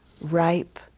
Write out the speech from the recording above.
ripe